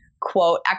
quote